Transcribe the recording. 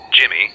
Jimmy